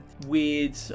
weird